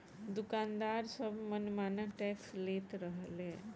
दुकानदार सब मन माना टैक्स लेत रहले